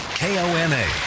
kona